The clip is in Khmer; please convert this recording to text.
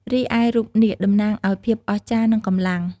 រីឯរូបនាគ តំណាងឱ្យ ភាពអស្ចារ្យ និងកម្លាំង។